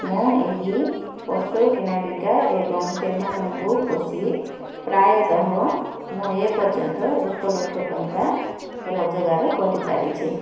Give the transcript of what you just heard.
ମୁଁ ଏହି ପଶୁ କିଣା ବିକା ଏବଂ ସେମାନଙ୍କୁ ପୋଷି ପ୍ରାୟତଃ ମୁଁ ଏ ପର୍ଯ୍ୟନ୍ତ ଏକ ଲକ୍ଷ ଟଙ୍କା ରୋଜଗାର କରିପାରିଛି